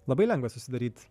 labai lengva susidaryt